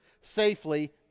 safely